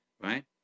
Right